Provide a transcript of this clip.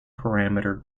parameter